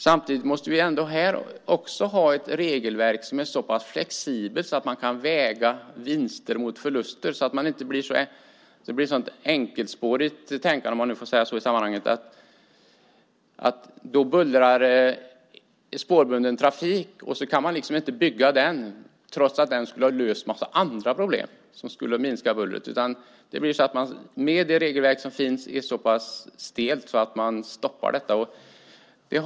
Samtidigt måste det här finnas ett så pass flexibelt regelverk att det går att väga vinster mot förluster. Det ska inte bli ett så "enkelspårigt" tänkande att det inte går att bygga bullrande spårbunden trafik, trots att den skulle lösa andra problem på ett sätt som skulle minska bullret. Det regelverk som finns är så pass stelt att ett bygge kan stoppas.